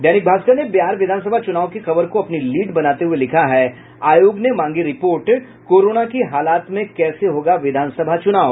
दैनिक भास्कर ने बिहार विधानसभा चुनाव की खबर को अपनी लीड बनाते हुए लिखा है आयोग ने मांगी रिपोर्ट कोरोना की हालात में कैसे होगा विधानसभा चुनाव